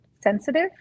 sensitive